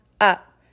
up